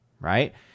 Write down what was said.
right